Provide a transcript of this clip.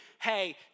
hey